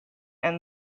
and